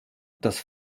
dass